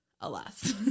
alas